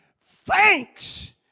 Thanks